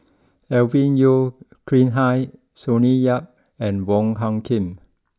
Alvin Yeo Khirn Hai Sonny Yap and Wong Hung Khim